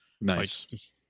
Nice